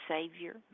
Savior